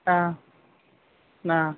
ಹಾಂ ನಾ